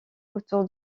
autour